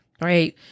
right